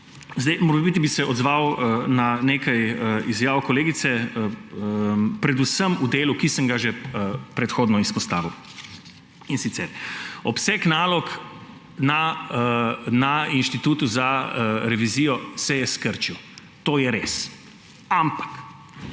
Morebiti bi se odzval na nekaj izjav kolegice, predvsem v delu, ki sem ga že predhodno izpostavil. In sicer obseg nalog na Slovenskem inštitutu za revizijo se je skrčil. To je res, ampak